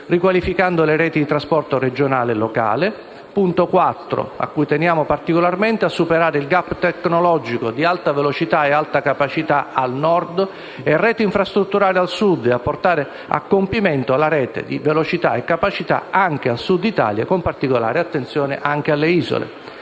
riqualificando le reti di trasporto regionale e locale e di trasporto merci; a superare il *gap* tecnologico tra alta velocità e alta capacità al Nord e rete infrastrutturale al Sud e a portare a compimento la rete alta velocità e alta capacità anche nel Sud Italia, con particolare attenzione alle isole